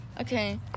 okay